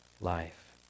life